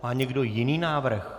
Má někdo jiný návrh?